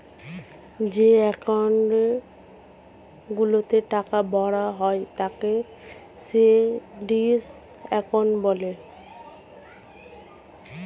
যে অ্যাকাউন্ট গুলোতে টাকা ভরা হয় তাকে সেভিংস অ্যাকাউন্ট বলে